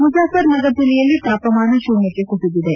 ಮುಜಾಫರ್ ನಗರ್ ಜಿಲ್ಲೆಯಲ್ಲಿ ತಾಪಮಾನ ಶೂನ್ಹಕ್ಷೆ ಕುಸಿದಿದೆ